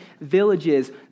villages